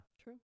True